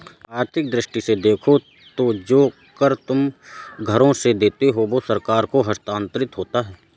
आर्थिक दृष्टि से देखो तो जो कर तुम घरों से देते हो वो सरकार को हस्तांतरित होता है